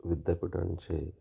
विद्यापीठांचे